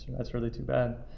that's, really too bad.